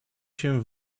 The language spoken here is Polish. się